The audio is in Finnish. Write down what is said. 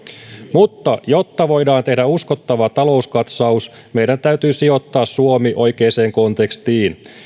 mutta jotta voidaan tehdä uskottava talouskatsaus meidän täytyy sijoittaa suomi oikeaan kontekstiin